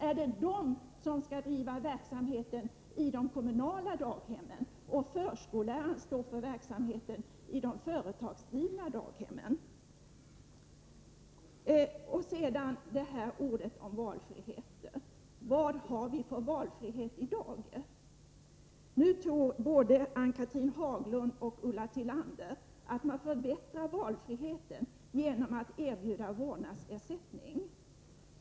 Är det de som skall bedriva verksamheten i de kommunala daghemmen och förskollärarna stå för verksamheten i de företagsdrivna daghemmen? Så till talet om valfrihet och om vilken valfrihet vi har i dag. Både Ann-Cathrine Haglund och Ulla Tillander tror att man ökar valfriheten genom att erbjuda vårdnadsersättning.